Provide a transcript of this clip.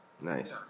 Nice